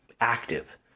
active